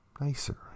nicer